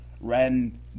Ren